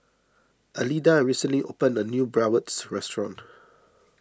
Alida recently opened a new Bratwurst restaurant